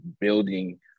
building